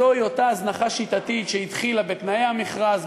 זוהי אותה הזנחה שיטתית שהתחילה בתנאי המכרז,